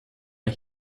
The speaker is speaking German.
der